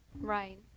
Right